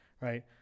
Right